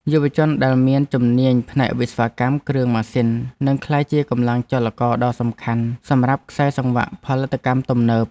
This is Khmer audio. យុវជនដែលមានជំនាញផ្នែកវិស្វកម្មគ្រឿងម៉ាស៊ីននឹងក្លាយជាកម្លាំងចលករដ៏សំខាន់សម្រាប់ខ្សែសង្វាក់ផលិតកម្មទំនើប។